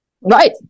Right